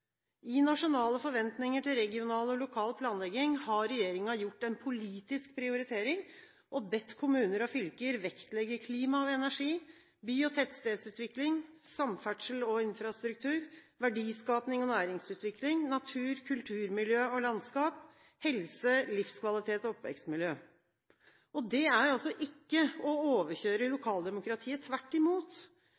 I nasjonale forventninger til regional og lokal planlegging har regjeringen gjort en politisk prioritering og bedt kommuner og fylker vektlegge klima og energi, by- og tettstedsutvikling, samferdsel og infrastruktur, verdiskaping og næringsutvikling, natur, kulturmiljø og landskap, helse, livskvalitet og oppvekstmiljø. Det er altså ikke å overkjøre